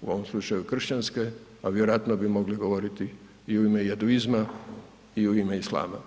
u ovom slučaju kršćanske, a vjerojatno bi mogli govoriti i u jeduizma i u ime islama